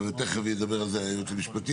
תיכף ידבר על זה היועץ המשפטי,